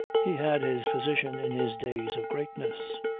he had his physician in his days of greatness.